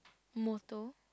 motto